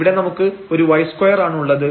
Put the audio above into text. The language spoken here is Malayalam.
ഇവിടെ നമുക്ക് ഒരു y2 ആണ് ഉള്ളത്